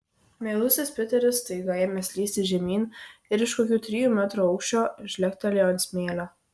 meilusis piteris staiga ėmė slysti žemyn ir iš kokių trijų metrų aukščio žlegtelėjo ant smėlio